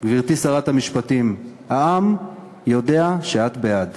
גברתי, שרת המשפטים, העם יודע שאת בעד.